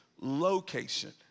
location